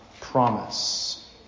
promise